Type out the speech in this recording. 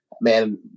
man